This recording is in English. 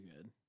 good